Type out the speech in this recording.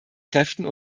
kräften